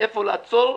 איפה לעצור,